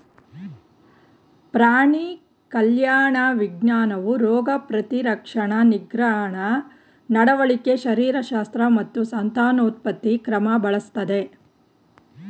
ಪ್ರಾಣಿ ಕಲ್ಯಾಣ ವಿಜ್ಞಾನವು ರೋಗ ಪ್ರತಿರಕ್ಷಣಾ ನಿಗ್ರಹ ನಡವಳಿಕೆ ಶರೀರಶಾಸ್ತ್ರ ಮತ್ತು ಸಂತಾನೋತ್ಪತ್ತಿ ಕ್ರಮ ಬಳಸ್ತದೆ